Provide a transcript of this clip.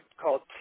called